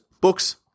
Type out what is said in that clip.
books